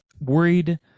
worried